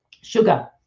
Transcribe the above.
Sugar